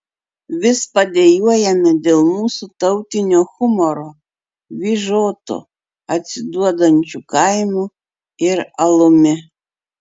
vis padejuojame dėl mūsų tautinio humoro vyžoto atsiduodančio kaimu ir alumi